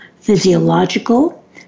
Physiological